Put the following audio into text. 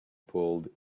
pulled